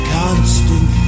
constant